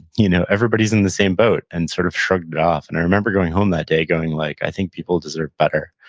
you know everybody's in the same boat, and sort of shrugged off, and i remember going home that day going, like, i think people deserve better,